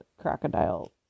crocodile